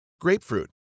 Grapefruit